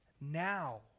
now